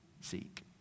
seek